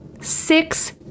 Six